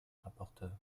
rapporteure